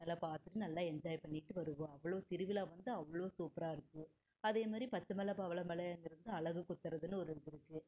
நல்லா பார்த்துட்டு நல்லா என்ஜாய் பண்ணிவிட்டு வருவோம் அவ்வளோ திருவிழா வந்து அவ்வளோ சூப்பராக இருக்கும் அதே மாதிரி பச்சை மலை பவள மலைங்கிறது அலகு குத்துறதுன்னு ஒரு இது இருக்கு